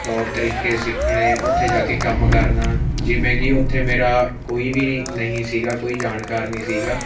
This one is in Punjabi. ਤੌਰ ਤਰੀਕੇ ਸਿੱਖਣੇ ਉੱਥੇ ਜਾ ਕੇ ਕੰਮ ਕਰਨਾ ਜਿਵੇਂ ਕਿ ਉੱਥੇ ਮੇਰਾ ਕੋਈ ਵੀ ਨਹੀਂ ਨਹੀਂ ਸੀਗਾ ਕੋਈ ਜਾਣਕਾਰ ਨਹੀਂ ਸੀਗਾ